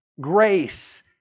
grace